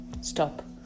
Stop